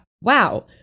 wow